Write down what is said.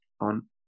on